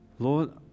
Lord